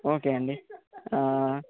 okay అండి